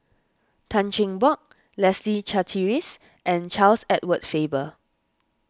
Tan Cheng Bock Leslie Charteris and Charles Edward Faber